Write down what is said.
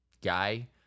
Guy